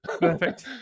Perfect